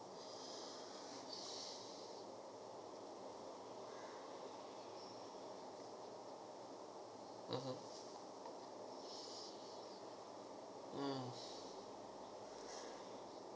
mmhmm mm